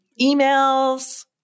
emails